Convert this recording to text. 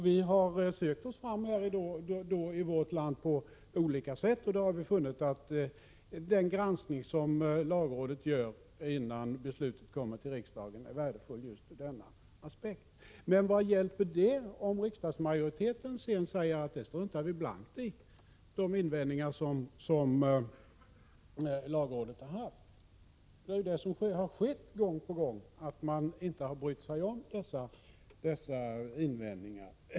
Vi har i vårt land sökt oss fram på olika vägar, och vi har funnit att den granskning som lagrådet gör innan ett lagförslag kommer till riksdagen är värdefull just ur denna aspekt. Men vad hjälper det om riksdagsmajoriteten sedan säger att de invändningar som lagrådet har gjort struntar vi blankt i? Det är detta som har skett gång på gång — man har inte brytt sig om lagrådets invändningar.